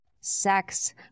sex